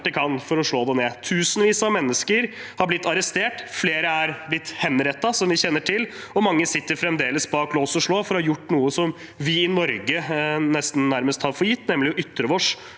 for å slå det ned. Tusenvis av mennesker har blitt arrestert, flere er blitt henrettet – som vi kjenner til – og mange sitter fremdeles bak lås og slå for å ha gjort noe som vi i Norge nærmest tar for gitt, nemlig å ytre seg,